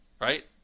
right